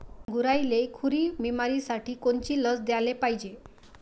गुरांइले खुरी बिमारीसाठी कोनची लस द्याले पायजे?